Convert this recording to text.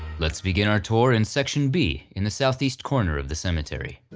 let's begin our tour in section b in the southeast corner of the cemetery.